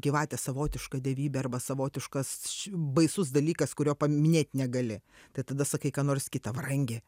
gyvatė savotiška dievybė arba savotiškas baisus dalykas kurio paminėt negali tai tada sakai ką nors kita varangė